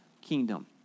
kingdom